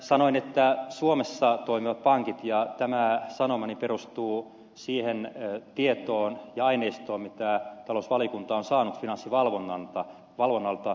sanoin että suomessa toimivat pankit hyvin ja tämä sanomani perustuu siihen tietoon ja aineistoon mitä talousvaliokunta on saanut finanssivalvonnalta